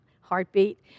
heartbeat